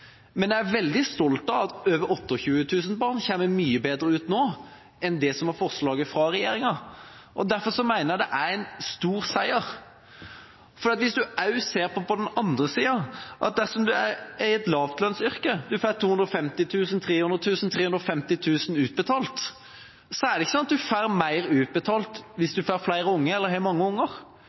Men jeg er veldig stolt av at over 28 000 barn kommer mye bedre ut nå enn etter forslaget fra regjeringa. Derfor mener jeg det er en stor seier. For, på den andre siden, dersom du er i et lavtlønnsyrke – du får 250 000 kr, 300 000 kr, 350 000 kr utbetalt – er det ikke sånn at du får mer utbetalt hvis du har mange